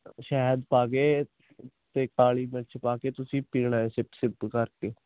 ਸ਼ਹਿਦ ਪਾ ਕੇ ਅਤੇ ਕਾਲੀ ਮਿਰਚ ਪਾ ਕੇ ਤੁਸੀਂ ਪੀਣਾ ਹੈ ਸਿਪ ਸਿਪ ਕਰਕੇ